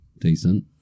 decent